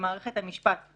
במערכת המשפט.